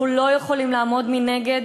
אנחנו לא יכולים לעמוד מנגד,